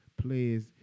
players